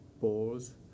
balls